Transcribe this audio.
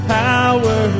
power